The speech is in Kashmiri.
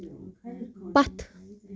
پتھ